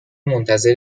منتظر